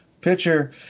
pitcher